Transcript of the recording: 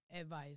advice